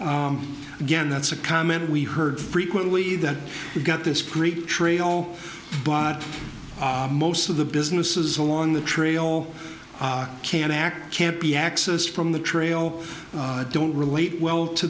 again that's a comment we heard frequently that we've got this great trail but most of the businesses along the trail can't act can't be accessed from the trail don't relate well to